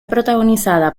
protagonizada